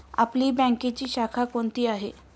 आपली बँकेची शाखा कोणती आहे